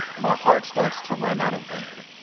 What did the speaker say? my heart starts to run out of air.